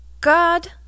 god